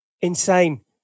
Insane